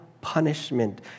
punishment